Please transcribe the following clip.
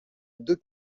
deux